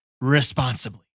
responsibly